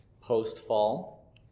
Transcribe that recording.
post-fall